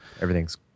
Everything's